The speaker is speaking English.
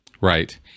Right